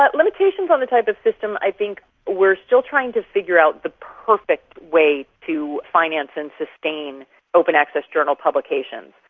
limitations on the type of system, i think we're still trying to figure out the perfect way to finance and sustain open access journal publications.